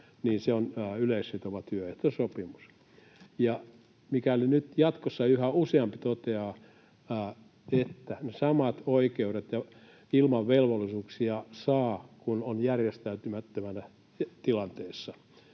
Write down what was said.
niin se on yleissitova työehtosopimus. Mikäli nyt jatkossa yhä useampi toteaa, että ne samat oikeudet saa ilman velvollisuuksia, kun on järjestäytymättömänä tilanteessa,